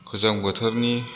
गोजां बोथोरनि